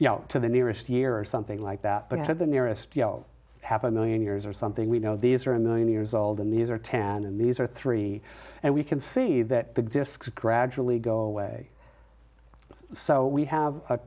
to the nearest year or something like that but at the nearest you know half a million years or something we know these are a million years old and these are ten and these are three and we can see that the disks gradually go away so we have a